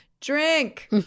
Drink